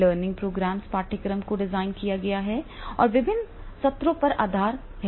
learning programmes पाठ्यक्रम को design किया गया है और विभिन्न सत्रों के आधार पर हैं